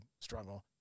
struggle